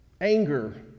anger